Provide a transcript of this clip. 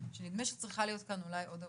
שנדמה שצריכה להיות כאן אולי עוד עבודה,